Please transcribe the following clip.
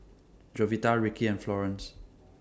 Jovita Rickey and Florance